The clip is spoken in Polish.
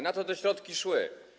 Na co te środki szły?